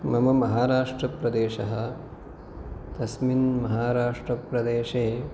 मम महाराष्ट्रप्रदेशः तस्मिन् महाराष्ट्रप्रदेशे